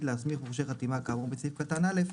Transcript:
להסמיך מורשה חתימה כאמור בסעיף קטן (א),